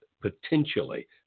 potentially